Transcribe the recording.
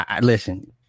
Listen